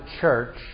church